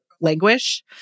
languish